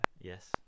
Yes